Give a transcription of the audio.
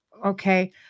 okay